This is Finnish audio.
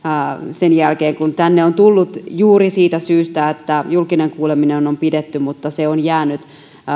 sen jälkeen kun se on tänne tullut juuri siitä syystä että julkinen kuuleminen on on pidetty mutta se on jäänyt